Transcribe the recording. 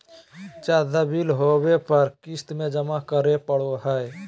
ज्यादा बिल होबो पर क़िस्त में जमा करे पड़ो हइ